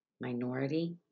minority